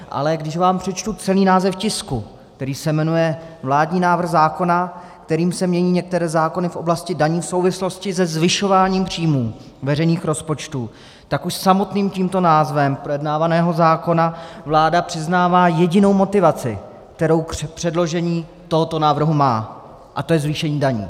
Ale když vám přečtu celý název tisku, který se jmenuje vládní návrh zákona, kterým se mění některé zákony v oblasti daní v souvislosti se zvyšováním příjmů veřejných rozpočtů, tak už samotným tímto názvem projednávaného zákona vláda přiznává jedinou motivaci, kterou k předložení tohoto návrhu má, a to je zvýšení daní.